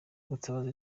mutabazi